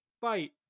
fight